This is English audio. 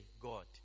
God